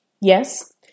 Yes